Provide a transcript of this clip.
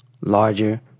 larger